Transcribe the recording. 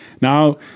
Now